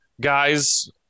guys